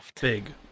Big